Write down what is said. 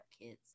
kids